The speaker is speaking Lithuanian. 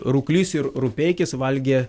rūklys ir rupeikis valgė